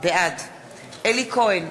בעד אלי כהן,